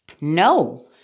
No